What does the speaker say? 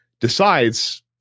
decides